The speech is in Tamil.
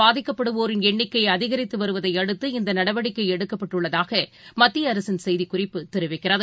பாதிக்கப்படுவோரின் இந்தநோய் எண்ணிக்கைஅதிகரித்துவருவதையடுத்து தொற்றினால் இந்தநடவடிக்கைஎடுக்கப்பட்டுள்ளதாகமத்தியஅரசின் செய்திக்குறிப்பு தெரிவிக்கிறது